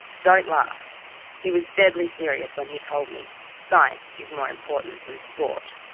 don't laugh he was deadly serious when he told me science is more important than sport!